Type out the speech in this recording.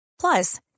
Plus